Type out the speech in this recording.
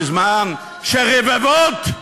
בזמן שרבבות,